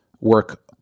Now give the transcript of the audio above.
work